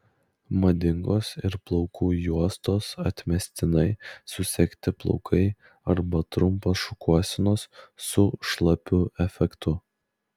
madingos ir plaukų juostos atmestinai susegti plaukai arba trumpos šukuosenos su šlapiu efektu